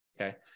okay